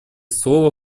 слова